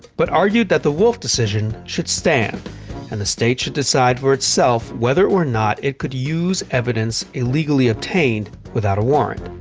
but argued that the wolf decision should stand and the state should decide for itself whether or not it could use evidence illegally obtained without a warrant.